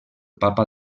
papa